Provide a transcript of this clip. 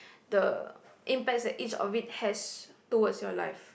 the impacts that each of it has towards your life